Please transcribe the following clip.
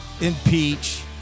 impeach